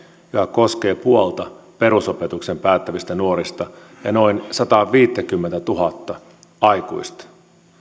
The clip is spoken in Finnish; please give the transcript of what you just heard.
koskee puolta perusopetuksen päättävistä nuorista ja noin sataaviittäkymmentätuhatta aikuista